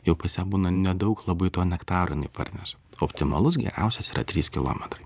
jau pas ją būna nedaug labai to nektaro jinai parneša optimalus geriausias yra trys kilometrai